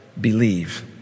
believe